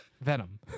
Venom